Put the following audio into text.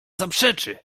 zaprzeczy